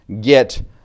get